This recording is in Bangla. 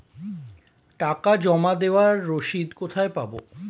টাকা জমা দেবার রসিদ কোথায় পাব?